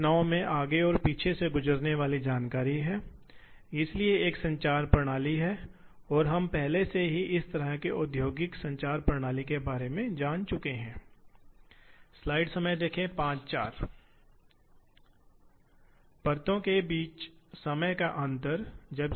अब तो आम तौर पर इसलिए इस मामले में ध्यान दें कि यह काम का टुकड़ा है जो धुरी द्वारा संचालित होता है जबकि यह एक उपकरण है जो कि आयताकार गति है